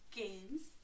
games